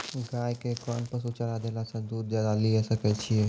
गाय के कोंन पसुचारा देला से दूध ज्यादा लिये सकय छियै?